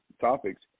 topics